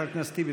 חבר הכנסת טיבי,